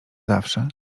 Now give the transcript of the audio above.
zawsze